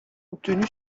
obtenu